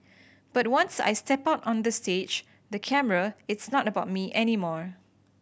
but once I step out on the stage the camera it's not about me anymore